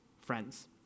friends